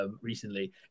recently